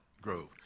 grove